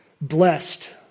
Blessed